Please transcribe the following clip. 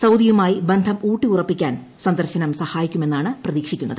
സൌദിയുമായി ബന്ധം ഉൌട്ടിഉറപ്പിക്കാൻ സന്ദർശനം സഹായിക്കുമെന്നാണ് പ്രതീക്ഷിക്കുന്നത്